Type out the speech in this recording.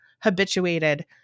habituated